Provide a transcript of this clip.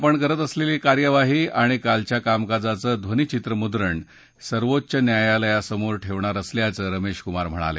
आपण करत असलेली कार्यवाही आणि कालच्या कामकाजाचं ध्वनीचित्रमुद्रण सर्वोच्च न्यायालयासमोर ठेवणार असल्याचं स्मेशकुमार म्हणाले